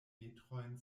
metrojn